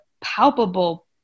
palpable